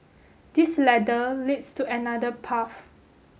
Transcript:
this ladder leads to another path